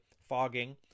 fogging